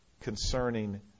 concerning